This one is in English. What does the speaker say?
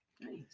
Nice